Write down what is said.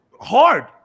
hard